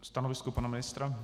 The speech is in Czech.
Stanovisko pana ministra?